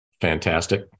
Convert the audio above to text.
Fantastic